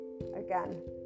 again